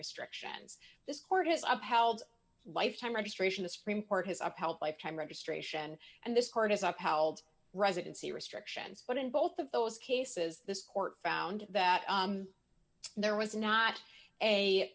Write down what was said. restrictions this court has upheld lifetime registration the supreme court has upheld lifetime registration and this part is up how residency restrictions but in both of those cases this court found that there was not a